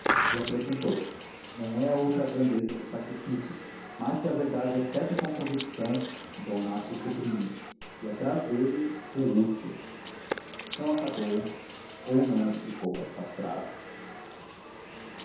e acrescentou nem é outra a grandeza dos sacrifícios mas se a verdade acerta com a convicção então nasce o sublime e atrás dele o útil não acabou ou não explicou esta frase